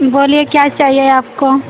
बोलिए क्या चाहिए आपको